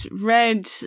red